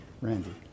Randy